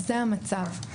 זה המצב.